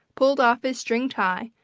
pulled off his string tie,